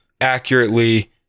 accurately